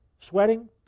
Sweating